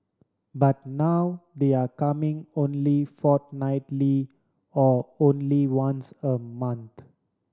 but now they're coming only fortnightly or only once a month